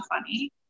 funny